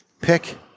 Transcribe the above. pick